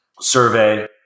survey